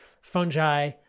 fungi